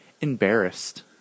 embarrassed